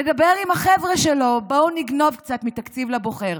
מדבר עם החבר'ה שלו: בואו נגנוב קצת מהתקציב לבוחר.